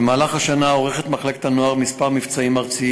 במהלך השנה מחלקת הנוער עורכת כמה מבצעים ארציים